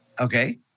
Okay